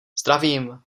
zdravím